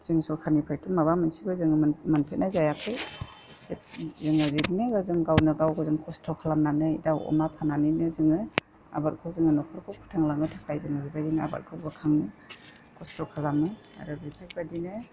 जों सरखारनिफ्रायथ' माबा मोनसेबो जोङो मोनफेरनाय जायाखै जोङो बिदिनो जों गावनो गाव खस्थ' खालामनानै दाउ अमा फाननानैनो जोङो आबादखौ जोङो न'खरखौ फोथांलांनो थाखाय जोङो बिबायदि आबादखौ बोखाङो खस्थ' खालामो आरो बिफोरबायदिनो